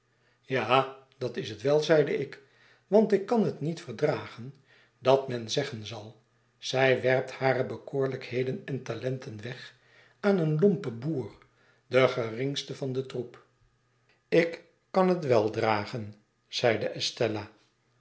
ja dat is het wel zeide ik want ik kan het niet verdragen dat men zeggen zal zij werpt hare bekoorlijkheden en talenten weg aan een lompen boer den geringste van den troep ik kan het wel dragen zeide estella